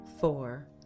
Four